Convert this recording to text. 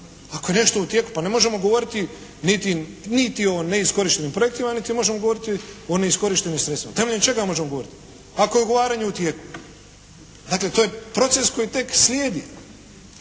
Ako je nešto u tijeku, pa ne možemo govoriti niti o neiskorištenim projektima niti možemo govoriti o neiskorištenim sredstvima. Temeljem čega možemo govoriti ako je ugovaranje u tijeku. Dakle, to je proces koji tek slijedi.